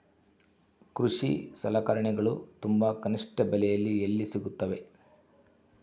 ಕೃಷಿ ಸಲಕರಣಿಗಳು ತುಂಬಾ ಕನಿಷ್ಠ ಬೆಲೆಯಲ್ಲಿ ಎಲ್ಲಿ ಸಿಗುತ್ತವೆ?